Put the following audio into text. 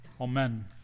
Amen